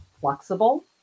flexible